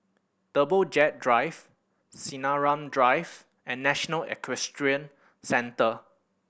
Jumbo Jet Drive Sinaran Drive and National Equestrian Centre